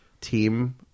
team